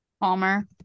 palmer